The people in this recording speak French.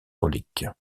reliques